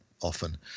often